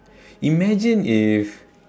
imagine if